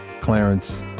Clarence